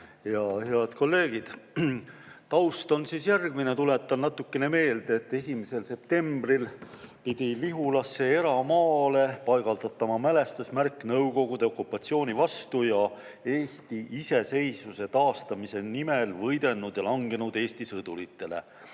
Head kolleegid! Taust on siis järgmine, tuletan seda natuke meelde. 1. septembril pidi Lihulasse eramaale paigaldatama mälestusmärk Nõukogude okupatsiooni vastu ja Eesti iseseisvuse taastamise nimel võidelnud ja langenud Eesti sõduritele.